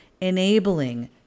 enabling